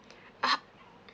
ah